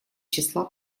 числа